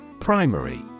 primary